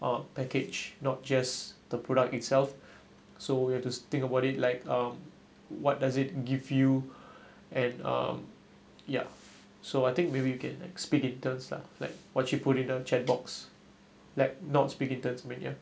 uh package not just the product itself so we have to think about it like um what does it give you and um yup so I think maybe we can lah like what you put in the chat box like not but ya